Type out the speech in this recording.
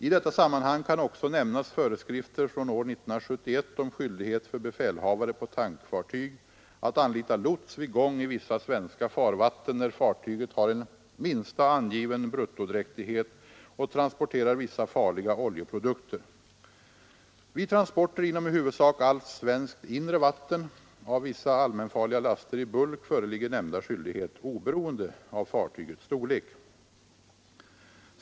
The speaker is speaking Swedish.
I detta sammanhang kan också nämnas föreskrifter från år 1971 om skyldighet för befälhavare på tankfartyg att anlita lots vid gång i vissa svenska farvatten, när fartyget har en minsta angiven bruttodräktighet och transporterar vissa farliga oljeprodukter. Vid transporter inom i huvudsak allt svenskt inre vatten av vissa allmänfarliga laster i bulk föreligger nämnda skyldighet oberoende av fartygets storlek.